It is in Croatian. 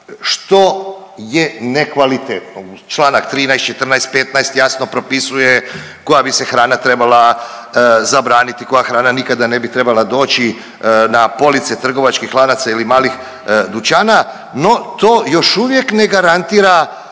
što je nekvalitetno, Članak 13., 14., 15. jasno propisuje koja bi se hrana trebala zabraniti, koja hrana nikada ne bi trebala doći na police trgovačkih lanaca ili malih dućana, no to još uvijek ne garantira